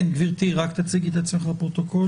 כן, גברתי, רק תציגי את עצמך לפרוטוקול.